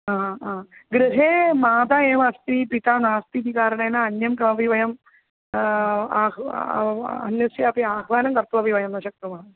हा हा गृहे माता एव अस्ति पिता नास्ति इति कारणेन अन्यं कोपि वयं अन्यस्यापि आह्वानं कर्तव्यं वयं न शक्नुमः